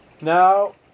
Now